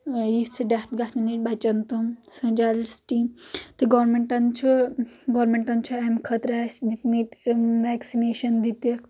یژھہِ ڈیتھ گژھنہٕ نِش بچن تِم سٲنۍ چایلڈ سٹی تہٕ گورمینٹن چھُ گورمینٹن چھُ امہِ خٲطرٕ اسہَ دتمٕتۍ ویکسنیشن دِتِکھ